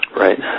Right